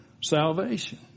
salvation